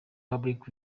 public